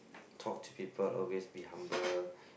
talk to people always be humble